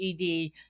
ED